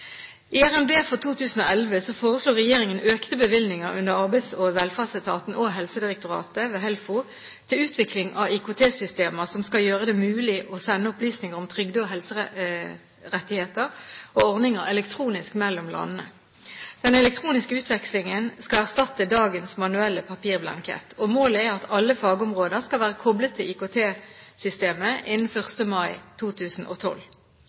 I revidert nasjonalbudsjett for 2011 foreslår regjeringen økte bevilgninger under Arbeids- og velferdsetaten og Helsedirektoratet ved HELFO til utvikling av IKT-systemer som skal gjøre det mulig å sende opplysninger om trygde- og helserettigheter og ordninger elektronisk mellom landene. Den elektroniske utvekslingen skal erstatte dagens manuelle papirblanketter. Målet er at alle fagområdene skal være koblet til IKT-systemet innen 1. mai 2012.